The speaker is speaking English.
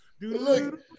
look